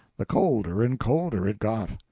the colder and colder it got.